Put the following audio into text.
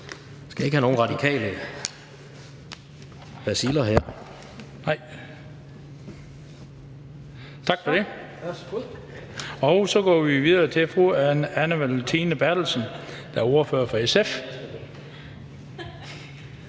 Vi skal ikke have nogen radikale baciller her). Nej – tak for det. Og så går vi videre til fru Anne Valentina Berthelsen, som er ordfører for SF.